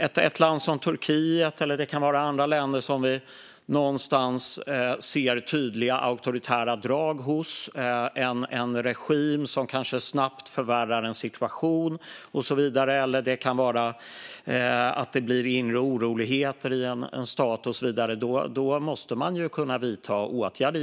Om regimen i Turkiet eller något annat land med tydliga auktoritära drag snabbt förvärrar en situation eller om det blir inre oroligheter i en stat måste vi givetvis kunna vidta åtgärder.